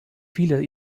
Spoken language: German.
viele